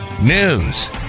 news